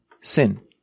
sin